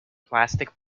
plastic